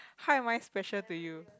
how am I special to you